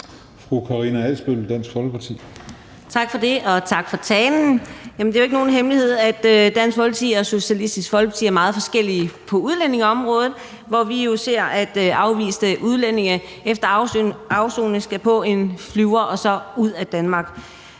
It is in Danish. Tak for det og tak for talen. Det er jo ikke nogen hemmelighed, at Dansk Folkeparti og Socialistisk Folkeparti er meget forskellige på udlændingeområdet, hvor vi jo gerne ser, at afviste udlændinge efter afsoning skal på en flyver og så ud af Danmark.